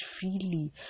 freely